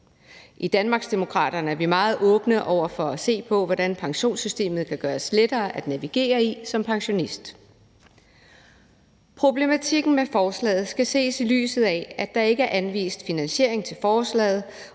I Danmarksdemokraterne er vi meget åbne over for at se på, hvordan pensionssystemet kan gøres lettere at navigere i som pensionist. Problematikken med forslaget skal ses i lyset af, at der ikke er anvist finansiering til forslaget,